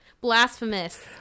Blasphemous